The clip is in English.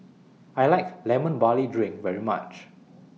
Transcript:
I like Lemon Barley Drink very much